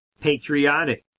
patriotic